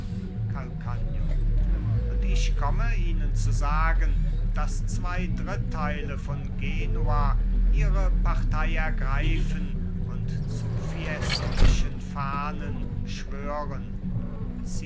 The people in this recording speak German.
calcagno und ich komme ihnen zu sagen daß zwei dritteile von genua ihre partei ergreifen und zu fiescischen fahnen schwören